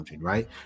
right